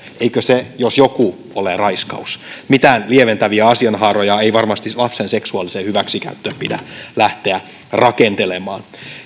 eikö se jos joku ole raiskaus mitään lieventäviä asianhaaroja ei varmasti lapsen seksuaaliseen hyväksikäyttöön pidä lähteä rakentelemaan